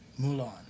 Mulan